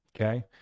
okay